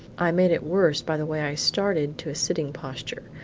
i made it worse by the way i started to a sitting posture.